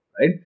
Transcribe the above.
right